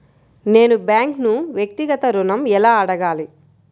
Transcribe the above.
నేను బ్యాంక్ను వ్యక్తిగత ఋణం ఎలా అడగాలి?